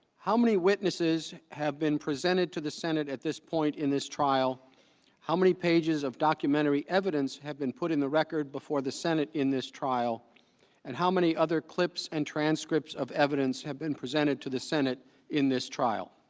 how many witnesses have been presented to the senate at this point in this trial only pages of documentary evidence had been put in the record before the senate in this trial and how many other clips and transcripts of evidence had been presented to the senate in this trial